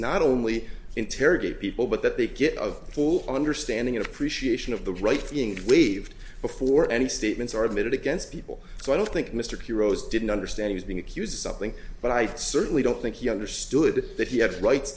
not only interrogate people but that they get of full understanding and appreciation of the writing waived before any statements are admitted against people so i don't think mr pugh rose didn't understand he's being accused of something but i certainly don't think he understood that he had rights